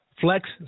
flex